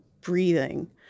breathing